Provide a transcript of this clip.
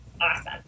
awesome